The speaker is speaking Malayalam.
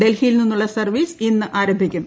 ഡൽഹിയിൽ നിന്നുള്ള സർവ്വീസ് ഇന്ന് ആരംഭിക്കും